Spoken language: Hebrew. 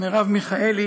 מרב מיכאלי